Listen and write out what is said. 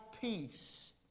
peace